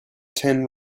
ten